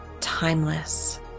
timeless